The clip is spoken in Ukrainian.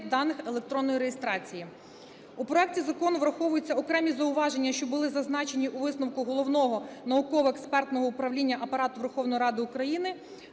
даних електронної реєстрації. У проекті закону враховуються окремі зауваження, що були зазначені у висновку Головного науково-експертного управління